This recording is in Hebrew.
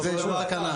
כי זה אישור תקנה.